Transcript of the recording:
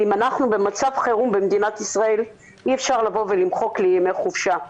ואם אנחנו במצב חירום במדינת ישראל אי אפשר לבוא ולמחוק ימי חופשה,